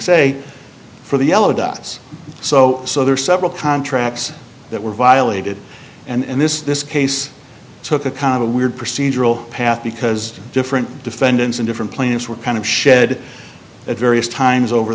say for the yellow dots so so there are several contracts that were violated and this this case took a kind of weird procedural path because different defendants in different plans were kind of shed at various times over